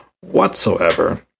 whatsoever